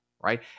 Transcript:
right